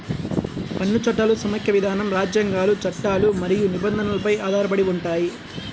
పన్ను చట్టాలు సమాఖ్య విధానం, రాజ్యాంగాలు, చట్టాలు మరియు నిబంధనలపై ఆధారపడి ఉంటాయి